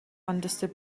understood